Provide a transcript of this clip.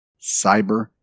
cyber